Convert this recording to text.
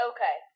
Okay